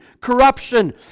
corruption